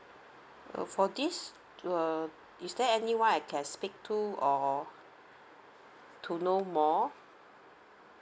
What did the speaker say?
um for this uh is there anyone I can speak to or to know more